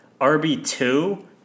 RB2